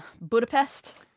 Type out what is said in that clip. Budapest